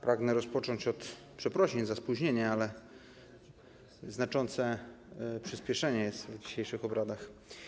Pragnę rozpocząć od przeprosin za spóźnienie, ale jest znaczące przyspieszenie w dzisiejszych obradach.